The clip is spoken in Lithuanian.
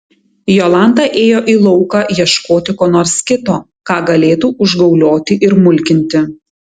jolanta ėjo į lauką ieškoti ko nors kito ką galėtų užgaulioti ir mulkinti